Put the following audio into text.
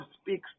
speaks